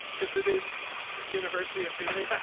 cause it is university of phoenix.